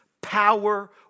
power